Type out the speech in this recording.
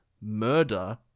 murder